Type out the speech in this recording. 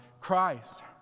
Christ